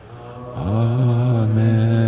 Amen